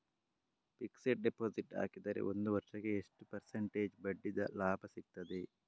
Fixed deposit ಹಾಕಿದರೆ ಒಂದು ವರ್ಷಕ್ಕೆ ಎಷ್ಟು ಪರ್ಸೆಂಟೇಜ್ ಬಡ್ಡಿ ಲಾಭ ಸಿಕ್ತದೆ?